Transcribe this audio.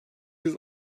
yüz